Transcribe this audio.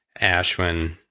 Ashwin